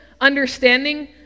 understanding